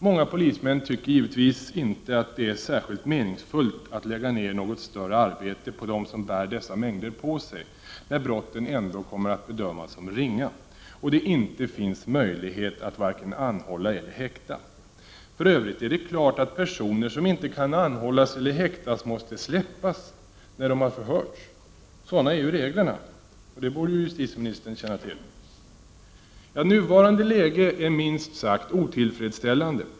Många polismän tycker givetvis inte att det är särskilt meningsfullt att lägga ned något större arbete på de personer som bär dessa mängder knark på sig när brottet ändå kommer att bedömas som ringa och det inte finns möjlighet att vare sig anhålla eller häkta personen i fråga. För övrigt är det klart att personer som varken kan anhållas eller häktas måste släppas efter förhör. Sådana är ju reglerna. Det borde justitieministern känna till. Nuvarande läge är minst sagt otillfredsställande.